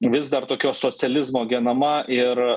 vis dar tokio socializmo genama ir